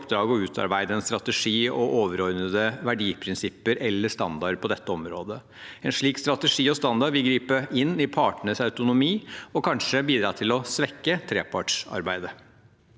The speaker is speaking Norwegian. å utarbeide en strategi og overordnede verdiprinsipper eller standarder på dette området. En slik strategi og standard vil gripe inn i partenes autonomi og kanskje bidra til å svekke trepartssamarbeidet.